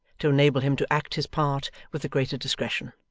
to enable him to act his part with the greater discretion,